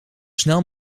snel